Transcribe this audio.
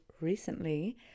recently